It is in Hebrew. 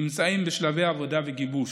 נמצאים בשלבי עבודה וגיבוש.